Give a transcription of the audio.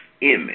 image